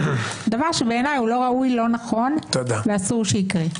דבר שבעיניי לא ראוי, לא נכון ואסור שיקרה.